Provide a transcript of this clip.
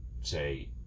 say